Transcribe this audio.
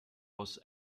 was